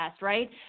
right